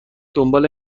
دنبال